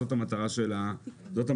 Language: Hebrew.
זאת המטרה של הרפורמה.